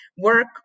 work